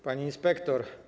Pani Inspektor!